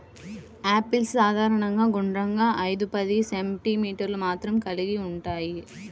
apples సాధారణంగా గుండ్రంగా, ఐదు పది సెం.మీ వ్యాసం కలిగి ఉంటాయి